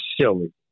silly